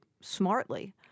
smartly